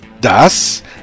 Das